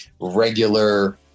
regular